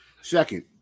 Second